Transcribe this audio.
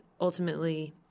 Ultimately